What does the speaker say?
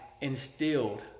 instilled